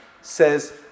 says